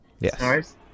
yes